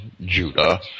Judah